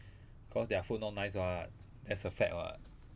cause their food not nice [what] that's a fact [what]